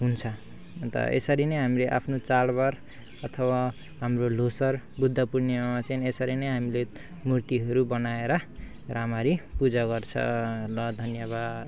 हुन्छ अन्त यसरी नै हामीले आफ्नो चाडबाड अथवा हाम्रो लोसार बुद्ध पूर्णिमामा चाहिँ यसरी नै हामीले मूर्तिहरू बनाएर राम्ररी पूजा गर्छ ल धन्यवाद